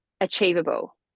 achievable